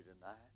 tonight